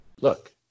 look